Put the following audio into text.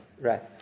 Right